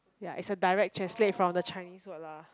ya is a direct translate from the chinese word lah